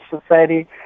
society